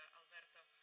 alberto,